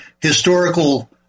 historical